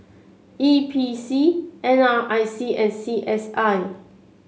E P C N R I C and C S I